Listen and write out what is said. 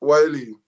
Wiley